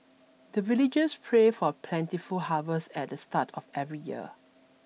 the villagers pray for plentiful harvest at the start of every year